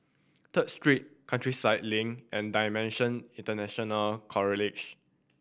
Third Street Countryside Link and DIMENSION International